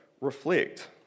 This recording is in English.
reflect